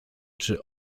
czy